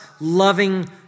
loving